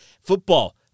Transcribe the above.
football